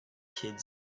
kids